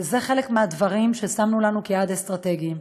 ואלה חלק מהדברים ששמנו לנו כיעד אסטרטגי.